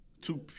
two